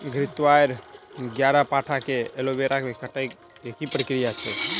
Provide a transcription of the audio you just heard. घृतक्वाइर, ग्यारपाठा वा एलोवेरा केँ कटाई केँ की प्रक्रिया छैक?